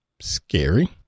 scary